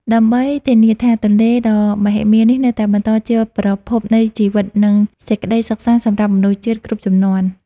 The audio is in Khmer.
ដើម្បីធានាថាទន្លេដ៏មហិមានេះនៅតែបន្តជាប្រភពនៃជីវិត និងសេចក្ដីសុខសាន្តសម្រាប់មនុស្សជាតិគ្រប់ជំនាន់។